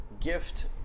gift